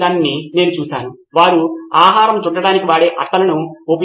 నేను బ్యాడ్జ్ వ్యవస్థను చూశాను అగ్ర సహకారికి ఇచ్చిన బ్యాడ్జ్ ప్రశ్నలకు సమాధానం ఇచ్చే వ్యక్తులు